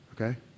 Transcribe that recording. Okay